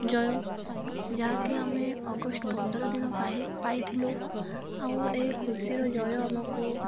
ଜୟ ଯାହାକି ଆମେ ଅଗଷ୍ଟ ପନ୍ଦର ଦିନ ପାଇଥିଲୁ ଆଉ ଏ ଖୁସିର ଜୟ ଆମକୁ